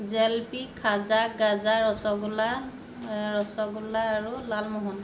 জেলেপী খাজা গাজা ৰসগোল্লা ৰসগোল্লা আৰু লালমোহন